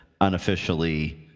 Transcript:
unofficially